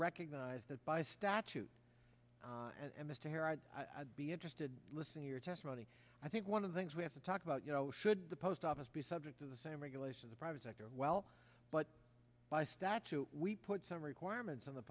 recognize that by statute as mr hero i'd be interested listen your testimony i think one of the things we have to talk about you know should the post office be subject to the same regulation the private sector as well but by statute we put some requirements on the